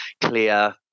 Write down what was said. clear